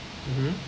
mmhmm